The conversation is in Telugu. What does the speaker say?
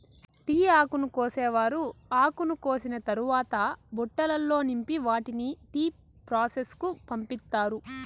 టీ ఆకును కోసేవారు ఆకును కోసిన తరవాత బుట్టలల్లో నింపి వాటిని టీ ప్రాసెస్ కు పంపిత్తారు